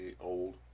Old